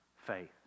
faith